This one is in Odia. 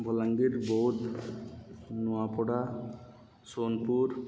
ବଲାଙ୍ଗୀର ବୌଦ୍ଧ ନୂଆପଡ଼ା ସୋନପୁର